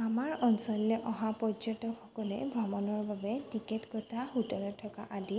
আমাৰ অঞ্চললৈ অহা পৰ্যটকসকলে ভ্ৰমণৰ বাবে টিকেট কটা হোটেলত থকা আদি